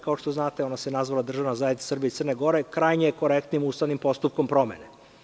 Kao što znate, ona se nazvala državna zajednica Srbija i Crna Gora, krajnje korektnim ustavnim postupkom promene.